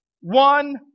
one